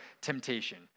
temptation